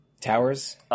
Towers